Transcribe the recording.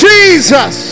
Jesus